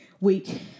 week